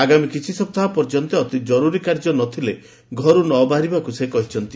ଆଗାମୀ କିଛି ସପ୍ତାହ ପର୍ଯ୍ୟନ୍ତ ଅତି କରୁରି କାର୍ଯ୍ୟ ନ ଥିଲେ ଘରୁ ନ ବାହାରିବାକୁ ସେ କହିଛନ୍ତି